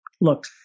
look